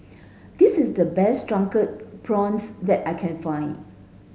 this is the best drunken prawns that I can find